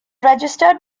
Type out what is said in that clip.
registered